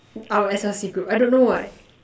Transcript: our S_L_C group I don't know why